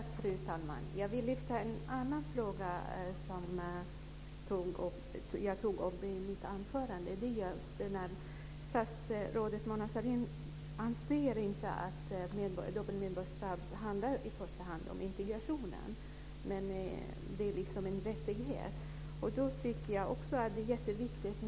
Fru talman! Jag vill lyfta en annan fråga, som jag tog upp i mitt anförande. Statsrådet Mona Sahlin anser inte att dubbelt medborgarskap i första hand handlar om integrationen, utan det är en rättighet. Jag tycker att det är en mycket viktig fråga.